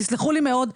תסלחו לי מאוד,